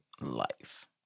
life